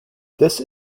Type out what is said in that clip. this